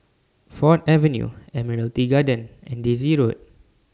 Ford Avenue Admiralty Garden and Daisy Road